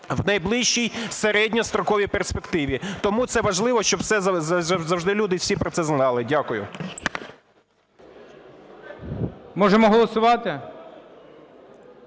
в найближчій середньостроковій перспективі. Тому це важливо, щоб завжди люди всі про це знали. Дякую. ГОЛОВУЮЧИЙ. Можемо голосувати?